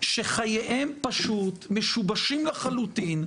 שחייהם פשוט משובשים לחלוטין,